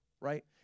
right